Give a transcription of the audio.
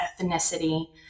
ethnicity